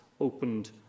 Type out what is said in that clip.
opened